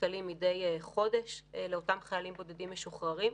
שקלים מדי חודש לאותם חיילים בודדים משוחררים.